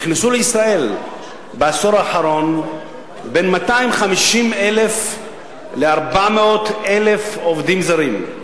נכנסו לישראל בעשור האחרון בין 250,000 ל-400,000 עובדים זרים.